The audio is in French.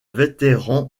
vétéran